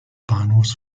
bahnhofs